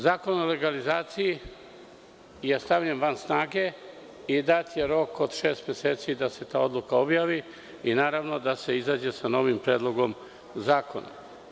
Zakon o legalizaciji je stavljen van snage i dat je rok od šest meseci da se ta odluka objavi i naravno da se izađe sa novim predlogom zakona.